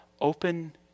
open